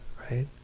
right